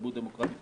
בתרבות דמוקרטית.